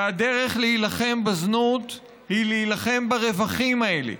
והדרך להילחם בזנות היא להילחם ברווחים האלה,